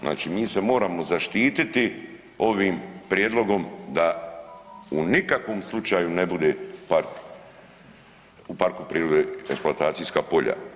Znači njih se moramo zaštititi ovim prijedlogom da u nikakvom slučaju ne bude u parku prirode eksploatacijska polja.